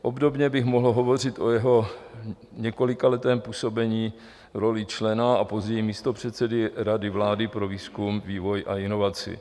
Obdobně bych mohl hovořit o jeho několikaletém působení v roli člena a později místopředsedy Rady vlády pro výzkum, vývoj a inovaci.